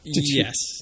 Yes